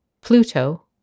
Pluto